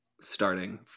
Starting